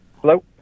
Hello